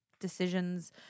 decisions